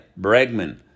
Bregman